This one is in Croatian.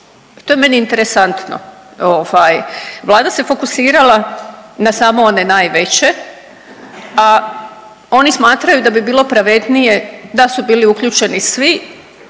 To je meni interesantno, ovaj, Vlada se fokusirana na samo one najveće, a oni smatraju da bi bilo pravednije da su bili uključeni svi